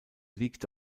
liegt